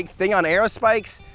thing on aerospikes,